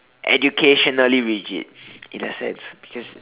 educationally rigid in a sense because